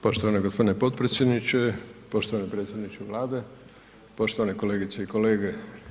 Poštovani gospodine potpredsjedniče, poštovani predsjedniče Vlade, poštovane kolegice i kolege.